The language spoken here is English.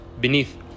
beneath